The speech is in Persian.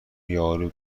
یارو